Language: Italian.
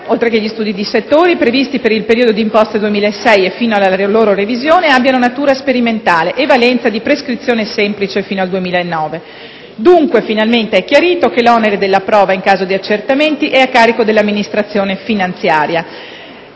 oltre che gli studi di settore, previsti per il periodo di imposta 2006 e fino alla loro revisione, abbiano natura sperimentale e valenza di prescrizione semplice fino al 2009. Dunque, finalmente è chiarito che l'onere della prova in caso di accertamenti è a carico dell'amministrazione finanziaria.